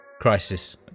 crisis